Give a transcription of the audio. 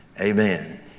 Amen